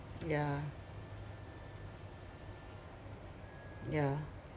yeah yeah